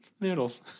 noodles